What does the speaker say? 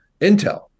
Intel